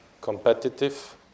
competitive